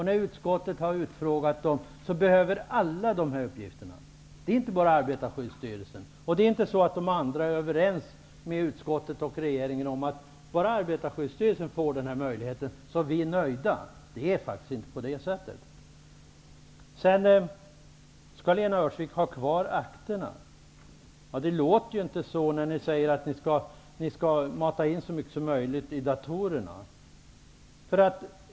När utskottet har haft utfrågning med dem säger de sig alla behöva dessa uppgifter. Det är inte bara Arbetarskyddsstyrelsen, och det är inte så att de andra är överens med utskottet och regeringen om att man är nöjd om bara Arbetarskyddsstyrelsen får dessa uppgifter. Lena Öhrsvik vill ha kvar akterna. Det låter inte så när ni säger att ni skall mata in så mycket som möjligt i datorerna.